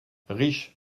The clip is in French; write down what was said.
riche